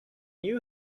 you